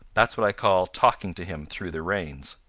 that's what i call talking to him through the reins.